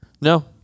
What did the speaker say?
no